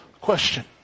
Question